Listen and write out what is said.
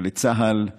ולצה"ל לומר: